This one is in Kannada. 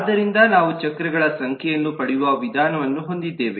ಆದ್ದರಿಂದ ನಾವು ಚಕ್ರಗಳ ಸಂಖ್ಯೆಯನ್ನು ಪಡೆಯುವ ವಿಧಾನವನ್ನು ಹೊಂದಿದ್ದೇವೆ